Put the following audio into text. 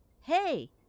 hey